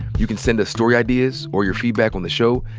you can send us story ideas or your feedback on the show.